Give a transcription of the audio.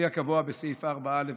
בסעיף 4א,